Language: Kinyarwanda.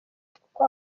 kuko